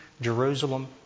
Jerusalem